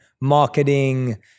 marketing